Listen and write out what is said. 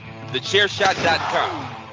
TheChairShot.com